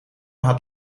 had